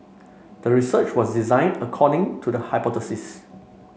the research was designed according to the hypothesis